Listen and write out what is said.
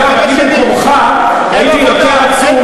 אני במקומך הייתי יותר עצוב,